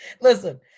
Listen